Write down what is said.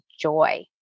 joy